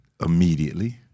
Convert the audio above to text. immediately